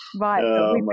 Right